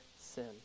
sin